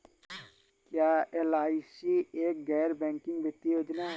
क्या एल.आई.सी एक गैर बैंकिंग वित्तीय योजना है?